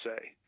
say